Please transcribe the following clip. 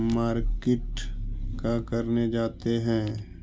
Market का करने जाते हैं?